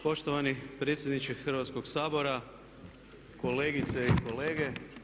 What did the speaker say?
Poštovani predsjedniče Hrvatskog sabora, kolegice i kolege.